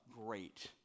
great